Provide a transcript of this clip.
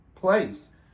place